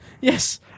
yes